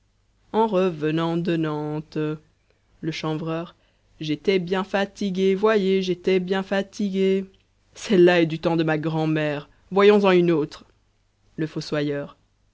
en revenant de nantes le chanvreur j'étais bien fatigué voyez j'étais bien fatigué celle-là est du temps de ma grand'mère voyons en une autre le fossoyeur